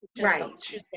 Right